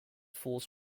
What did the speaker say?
falls